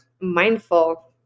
mindful